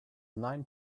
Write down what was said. nine